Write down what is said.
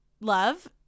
love